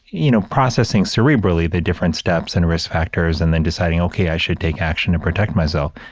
you know, processing cerebrally the different steps and risk factors and then deciding, okay, i should take action to protect myself.